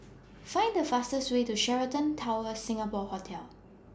Find The fastest Way to Sheraton Towers Singapore Hotel